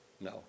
No